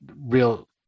real